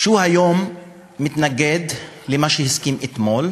מה שווה התאגיד אם לא שולטים בו,